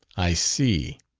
i see.